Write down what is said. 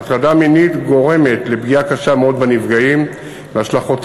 הטרדה מינית גורמת לפגיעה קשה מאוד בנפגעים והשלכותיה